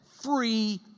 free